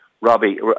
Robbie